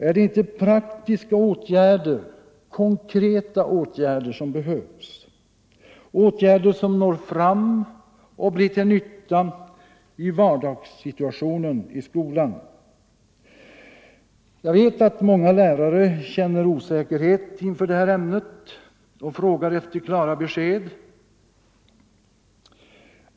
Är det inte praktiska åtgärder, konkreta åtgärder, som behövs — åtgärder som når fram och blir till nytta i vardagssituationen i skolan? Det är mig bekant att många lärare känner osäkerhet inför det här ämnet och frågar efter klara besked.